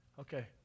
Okay